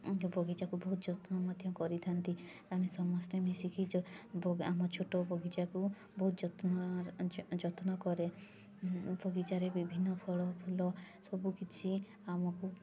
ବଗିଚାକୁ ବହୁତ ଯତ୍ନ ମଧ୍ୟ କରିଥା'ନ୍ତି ଆମେ ସମସ୍ତେ ମିଶିକି ଆମ ଛୋଟ ବଗିଚାକୁ ବହୁତ ଯତ୍ନ ଯତ୍ନ କରେ ବଗିଚାରେ ବିଭିନ୍ନ ଫଳ ଫୁଲ ସବୁ କିଛି ଆମକୁ